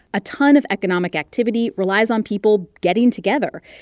a ton of economic activity relies on people getting together,